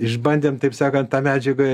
išbandėm taip sakant tą medžiagą